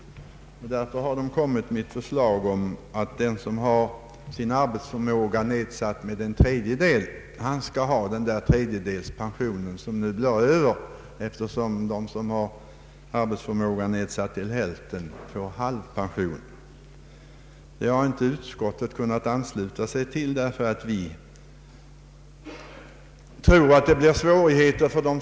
Därför har de framlagt förslag om att den som fått sin arbetsförmåga nedsatt med en tredjedel, han skall få den tredjedel som ”blir över”, när de som har halv arbetsförmåga får halv pension. Detta har inte utskottet kunnat ansluta sig till. Vi tror nämligen att det här blir fråga om svåra avgöranden.